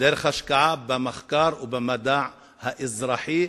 בהשקעה במחקר ובמדע האזרחי,